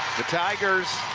the tigers,